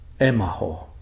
Emaho